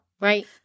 right